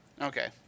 Okay